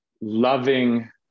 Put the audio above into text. loving